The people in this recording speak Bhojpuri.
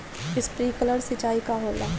स्प्रिंकलर सिंचाई का होला?